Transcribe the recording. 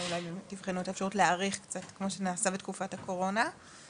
תבחנו את האפשרות להאריך קצת כמו שנעשה בתקופת הקורונה,